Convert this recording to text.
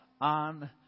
on